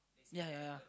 ya ya ya